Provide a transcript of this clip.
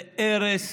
הרס,